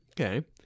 okay